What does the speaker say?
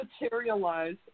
materialize